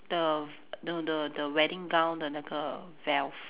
the no the the wedding gown the 那个 veil